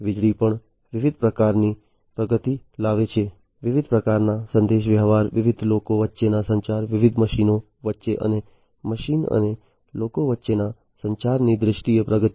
વીજળી પણ વિવિધ પ્રકારની પ્રગતિ લાવે છે વિવિધ પ્રકારના સંદેશાવ્યવહાર વિવિધ લોકો વચ્ચેના સંચાર વિવિધ મશીનો વચ્ચે અને મશીન અને લોકો વચ્ચેના સંચારની દ્રષ્ટિએ પ્રગતિ